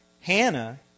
Hannah